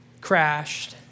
crashed